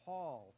Paul